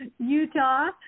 Utah